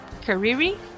Kariri